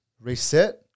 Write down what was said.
Reset